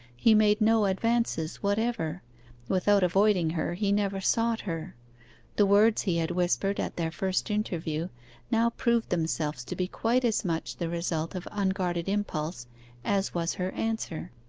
he made no advances whatever without avoiding her, he never sought her the words he had whispered at their first interview now proved themselves to be quite as much the result of unguarded impulse as was her answer.